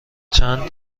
چند